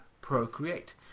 procreate